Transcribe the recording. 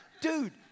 dude